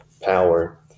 power